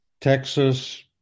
Texas